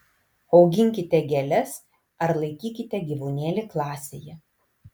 auginkite gėles ar laikykite gyvūnėlį klasėje